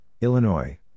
Illinois